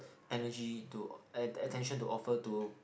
energy to attention to offer to